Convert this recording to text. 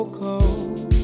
cold